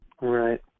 Right